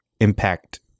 impact